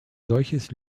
solches